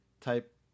type